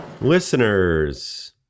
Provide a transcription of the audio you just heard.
Listeners